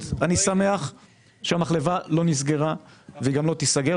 אני שמח שהמחלבה לא נסגרה ולא תיסגר,